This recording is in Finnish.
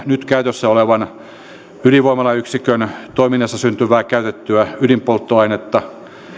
nyt käytössä olevan ydinvoimalayksikön toiminnassa syntyvää käytettyä ydinpolttoainetta